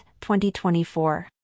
2024